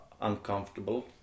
uncomfortable